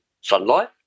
sunlight